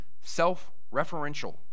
self-referential